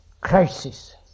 crisis